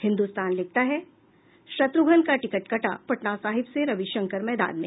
हिन्दुस्तान लिखता है शत्रुघ्न का टिकट कटा पटना साहिब से रविशंकर मैदान में